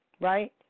right